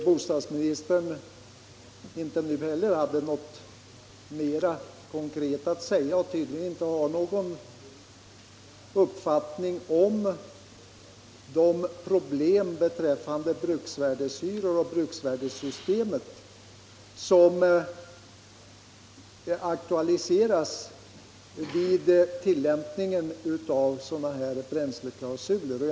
Herr talman! Jag noterar att bostadsministern inte hade något mera konkret att säga och tydligen inte har någon uppfattning om de problem beträffande bruksvärdeshyror och bruksvärdessystemet som aktualiseras vid tillämpningen av sådana bränsleklausuler som det gäller.